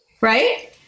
Right